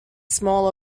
smaller